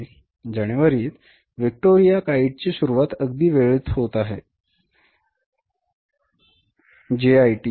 जानेवारीत Victoria kite ची सुरुवात अगदी वेळेत होत आहे जेआयटी